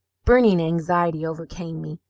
burning anxiety overcame me.